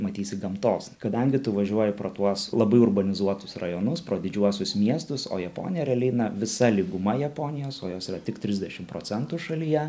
matysi gamtos kadangi tu važiuoji pro tuos labai urbanizuotus rajonus pro didžiuosius miestus o japonija realiai na visa lyguma japonijos o jos yra tik trisdešim procentų šalyje